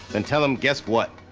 then tell them, guess what?